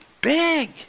big